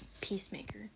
peacemaker